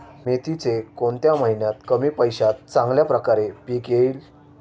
मेथीचे कोणत्या महिन्यात कमी पैशात चांगल्या प्रकारे पीक येईल?